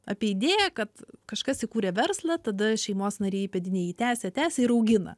apie idėją kad kažkas įkūrė verslą tada šeimos nariai įpėdiniai jį tęsia tęsia ir augina